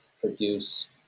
produce